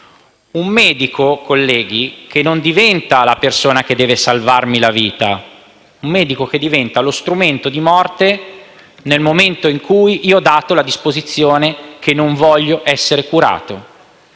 Il medico, colleghi, diventa non la persona che deve salvarmi la vita, ma lo strumento di morte nel momento in cui ho dato la disposizione che non voglio essere curato.